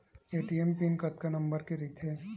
ATM PIN कतका number के रही थे?